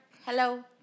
hello